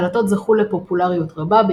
הקלטות זכו לפופולריות רבה,